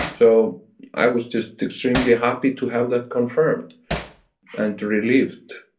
so i was just extremely happy to have that confirmed and relieved.